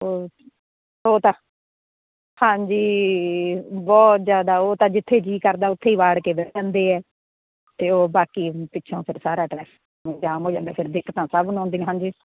ਓ ਉਹ ਤਾਂ ਹਾਂਜੀ ਬਹੁਤ ਜਿਆਦਾ ਉਹ ਤਾਂ ਜਿੱਥੇ ਜੀਅ ਕਰਦਾ ਉੱਥੇ ਹੀ ਵਾੜ ਕੇ ਬਹਿ ਜਾਂਦੇ ਆ ਤੇ ਉਹ ਬਾਕੀ ਪਿੱਛੋਂ ਫਿਰ ਸਾਰਾ ਟ੍ਰੈਫਿਕ ਜਾਮ ਹੋ ਜਾਂਦਾ ਫਿਰ ਦਿੱਕਤਾਂ ਸਭ ਨੂੰ ਆਉਂਦੀਆਂ ਹਨ ਜੀ